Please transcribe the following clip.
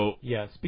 Yes